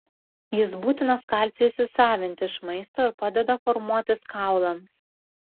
jis būtinas kalciui įsisavinti iš maisto ir padeda formuotis kaulams